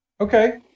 Okay